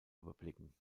überblicken